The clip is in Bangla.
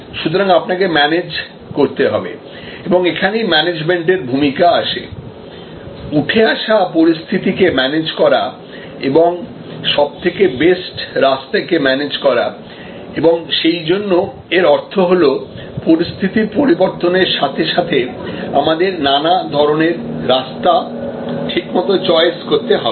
সুতরাং আপনাকে ম্যানেজ করতে হবে এবং এখানেই ম্যানেজমেন্টের ভূমিকা আসে উঠে আসা পরিস্থিতিকে ম্যানেজ করা এবং সবথেকে বেস্ট রাস্তা কে ম্যানেজ করা এবং সেইজন্য এর অর্থ হল পরিস্থিতির পরিবর্তনের সাথে সাথে আমাদের নানা ধরনের রাস্তার ঠিকমতো চয়েস করতে হবে